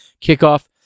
kickoff